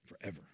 forever